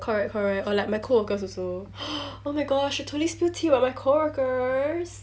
correct correct or like my co-workers also oh my gosh should totally spill tea about my co-workers